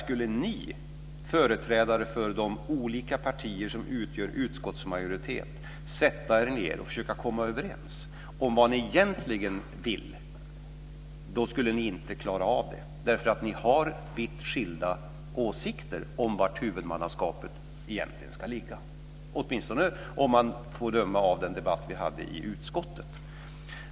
Om ni företrädare för de olika partier som utgör utskottsmajoriteten satte er ned för att försöka komma överens om vad ni egentligen vill skulle ni inte klara av det därför att ni har vitt skilda åsikter om var huvudmannaskapet egentligen ska ligga, åtminstone att döma av vår debatt i utskottet.